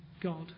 God